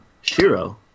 Shiro